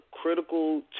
Critical